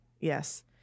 Yes